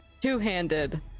two-handed